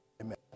amen